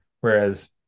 whereas